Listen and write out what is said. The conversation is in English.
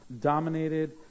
dominated